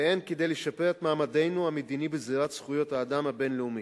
והן כדי לשפר את מעמדנו המדיני בזירת זכויות האדם הבין-לאומית.